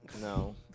No